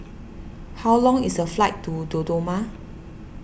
how long is the flight to Dodoma